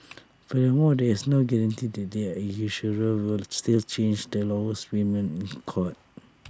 furthermore there is no guarantee that an insurer will still change the lowest premiums in